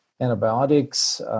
antibiotics